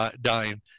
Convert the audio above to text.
dying